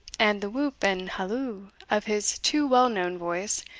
and the whoop and halloo of his too well-known voice,